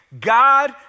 God